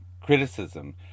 criticism